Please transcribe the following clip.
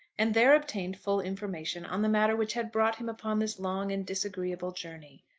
and there obtained full information on the matter which had brought him upon this long and disagreeable journey.